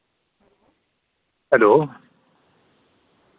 hello